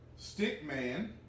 Stickman